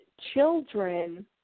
children